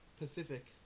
Pacific